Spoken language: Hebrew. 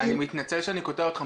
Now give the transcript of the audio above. אני מתנצל שאני קוטע אותך,